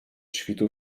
świtu